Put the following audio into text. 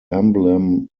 emblem